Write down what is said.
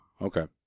Okay